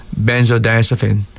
benzodiazepine